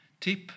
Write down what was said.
tip